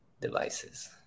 devices